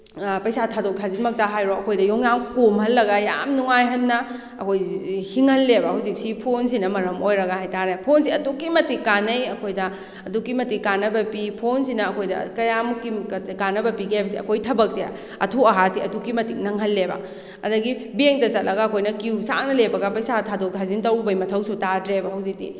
ꯄꯩꯁꯥ ꯊꯥꯗꯣꯛ ꯊꯥꯖꯤꯟꯃꯛꯇ ꯍꯥꯏꯔꯣ ꯑꯩꯈꯣꯏꯗ ꯌꯣꯡꯌꯥꯝ ꯀꯣꯝꯍꯜꯂꯒ ꯌꯥꯝ ꯅꯨꯡꯉꯥꯏꯍꯟꯅ ꯑꯩꯈꯣꯏꯁꯤ ꯍꯤꯡꯍꯜꯂꯦꯕ ꯍꯧꯖꯤꯛꯁꯤ ꯐꯣꯟꯁꯤꯅ ꯃꯔꯝ ꯑꯣꯏꯔꯒ ꯍꯥꯏ ꯇꯥꯔꯦ ꯐꯣꯟꯁꯤ ꯑꯗꯨꯛꯀꯤ ꯃꯇꯤꯛ ꯀꯥꯟꯅꯩ ꯑꯩꯈꯣꯏꯗ ꯑꯗꯨꯛꯀꯤ ꯃꯇꯤꯛ ꯀꯥꯟꯅꯕ ꯄꯤ ꯐꯣꯟꯁꯤꯅ ꯑꯩꯈꯣꯏꯗ ꯀꯌꯥꯃꯨꯛꯀꯤ ꯀꯥꯟꯅꯕ ꯄꯤꯒꯦ ꯍꯥꯏꯕꯁꯦ ꯑꯩꯈꯣꯏ ꯊꯕꯛꯁꯦ ꯑꯊꯨ ꯑꯍꯥꯁꯦ ꯑꯗꯨꯛꯀꯤ ꯃꯇꯤꯛ ꯅꯪꯍꯜꯂꯦꯕ ꯑꯗꯒꯤ ꯕꯦꯡꯗ ꯆꯠꯂꯒ ꯑꯩꯈꯣꯏꯅ ꯀ꯭ꯌꯨ ꯁꯥꯡꯅ ꯂꯦꯞꯄꯒ ꯄꯩꯁꯥ ꯊꯥꯗꯣꯛ ꯊꯥꯖꯤꯟ ꯇꯧꯔꯨꯕꯩ ꯃꯊꯧꯁꯨ ꯇꯥꯗ꯭ꯔꯦꯕ ꯍꯧꯖꯤꯛꯇꯤ